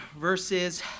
verses